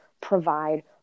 provide